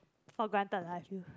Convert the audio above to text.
for granted lah true